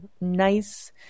nice